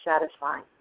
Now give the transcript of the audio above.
satisfying